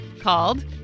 called